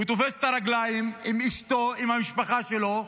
הוא תופס את הרגלים עם אשתו, עם המשפחה שלו,